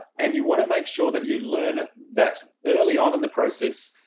and you want to make sure that you learn that early on in the process,